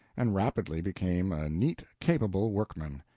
and rapidly became a neat, capable workman.